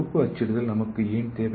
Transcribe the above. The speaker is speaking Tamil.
உறுப்பு அச்சிடுதல் நமக்கு ஏன் தேவை